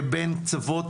מ"גישורים"